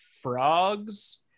frogs